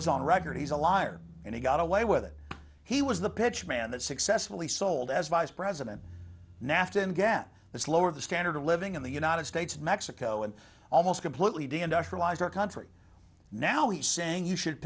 's on record he's a liar and he got away with it he was the pitch man that successfully sold as vice president nafta and gatt the slower the standard of living in the united states mexico and almost completely dnd us realize our country now he's saying you should